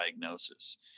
diagnosis